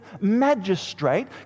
magistrate